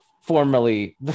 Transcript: formerly